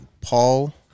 Paul